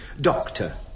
doctor